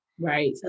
Right